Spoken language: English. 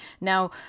Now